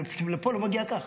פשוט לפה אני לא מגיע כך,